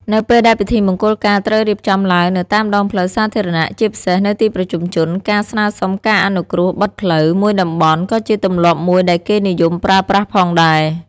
នៅពេលដែលពិធីមង្គលការត្រូវរៀបចំឡើងនៅតាមដងផ្លូវសាធារណៈ ជាពិសេសនៅទីប្រជុំជន ការ ស្នើសុំការអនុគ្រោះបិទផ្លូវ មួយតំបន់ក៏ជាទម្លាប់មួយដែលគេនិយមប្រើប្រាស់ផងដែរ។